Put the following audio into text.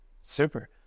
Super